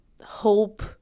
hope